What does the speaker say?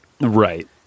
Right